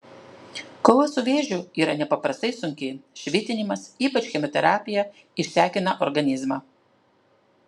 kova su vėžiu yra nepaprastai sunki švitinimas ypač chemoterapija išsekina organizmą